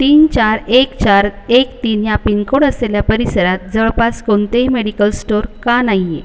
तीन चार एक चार एक तीन ह्या पिनकोड असलेल्या परिसरात जवळपास कोणतेही मेडिकल स्टोअर का नाही आहे